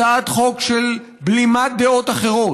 הצעת חוק של בלימת דעות אחרות,